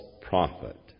prophet